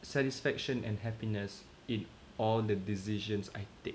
satisfaction and happiness in all the decisions I take